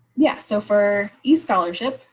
yeah. so for a scholarship.